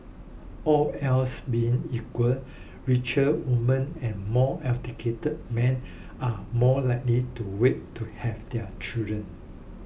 all else being equal richer women and more educated men are more likely to wait to have their children